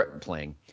playing